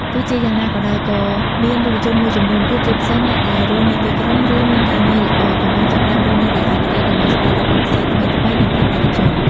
ទោះជាយ៉ាងណាក៏ដោយ ក៏មានយុវជនមួយចំនួនទៀត ជាពិសេសអ្នកដែលរស់នៅទីក្រុង ឬមានការងារល្អ កំពុងចាប់ផ្តើមរស់នៅដោយឯករាជ្យ ដើម្បីស្វែងរកបទពិសោធន៍ថ្មីៗ និងភាពឯកជន។